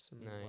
Nice